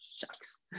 Shucks